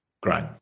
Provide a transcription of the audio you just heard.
Great